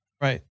Right